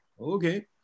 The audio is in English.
Okay